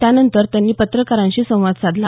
त्यानंतर त्यांनी पत्रकारांशी संवाद साधला